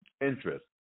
interest